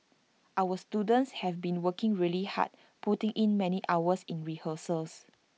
our students have been working really hard putting in many hours in rehearsals